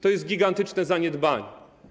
To jest gigantyczne zaniedbanie.